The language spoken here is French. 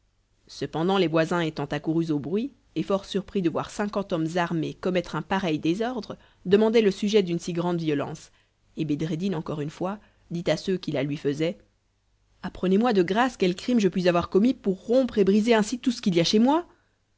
cependant les voisins étant accourus au bruit et fort surpris de voir cinquante hommes armés commettre un pareil désordre demandaient le sujet d'une si grande violence et bedreddin encore une fois dit à ceux qui la lui faisaient apprenez-moi de grâce quel crime je puis avoir commis pour rompre et briser ainsi tout ce qu'il y a chez moi